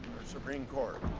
supreme court.